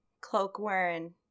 cloak-wearing